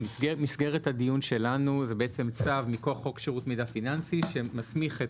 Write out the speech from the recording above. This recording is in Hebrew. מסגרת הדיון שלנו זה צו מכוח חוק שירות מידע פיננסי שמסמיך את